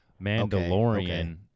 Mandalorian